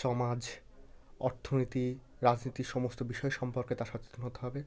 সমাজ অর্থনীতি রাজনীতি সমস্ত বিষয়ে সম্পর্কে তা সচেতন হতে হবে